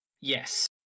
Yes